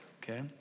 okay